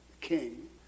king